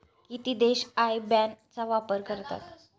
किती देश IBAN चा वापर करतात?